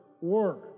work